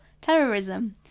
terrorism